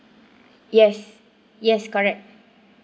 yes yes correct